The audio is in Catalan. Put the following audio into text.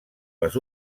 les